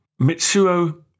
Mitsuo